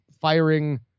firing